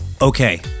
Okay